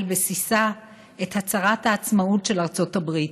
בסיסה את הצהרת העצמאות של ארצות הברית,